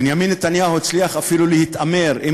בנימין נתניהו הצליחו אפילו להתעמת עם